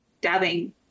dabbing